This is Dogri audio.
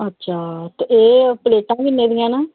अच्छा ते एह् प्लेटां किन्ने दियां न